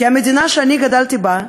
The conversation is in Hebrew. כי המדינה שאני גדלתי בה,